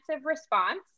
response